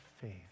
faith